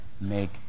make